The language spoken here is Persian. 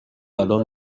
الان